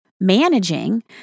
managing